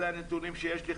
אלה הנתונים שיש לי,